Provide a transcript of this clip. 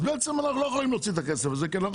בעצם אנחנו לא יכולים להוציא את הכסף הזה כי אנחנו